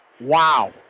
Wow